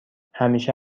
همیشه